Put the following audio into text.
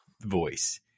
voice